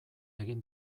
egin